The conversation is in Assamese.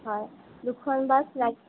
হয় দুখন বাছ